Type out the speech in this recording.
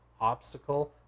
obstacle